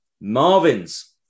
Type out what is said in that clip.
Marvin's